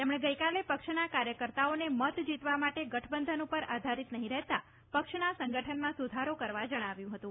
તેમણે ગઇકાલે પક્ષના કાર્યકર્તાઓને મત જીતવા માટે ગઠબંધન ઉપર આધારિત નહી રહેતા પક્ષના સંગઠનમાં સુધારો કરવા જણાવ્યું હતું